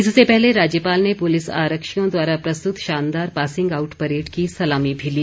इससे पहले राज्यपाल ने पुलिस आरक्षियों द्वारा प्रस्तुत शानदार पासिंग आउट परेड की सलामी भी ली